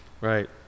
Right